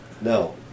No